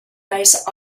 based